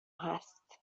هست